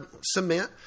cement